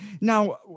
Now